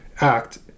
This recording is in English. act